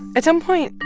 at some point,